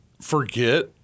forget